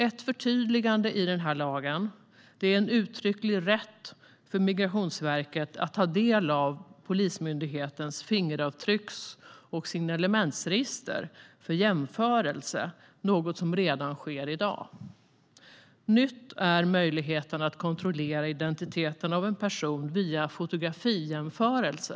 Ett förtydligande i den här lagen är en uttrycklig rätt för Migrationsverket att ta del av Polismyndighetens fingeravtrycks och signalementsregister för jämförelse, något som redan sker i dag. Ny är möjligheten att kontrollera identiteten av en person via fotografijämförelse.